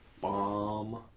bomb